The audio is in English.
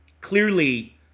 Clearly